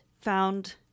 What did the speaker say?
found